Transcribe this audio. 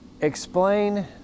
explain